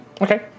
Okay